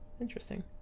interesting